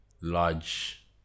large